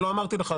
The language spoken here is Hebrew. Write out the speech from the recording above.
לא אמרתי לך,